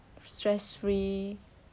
stress free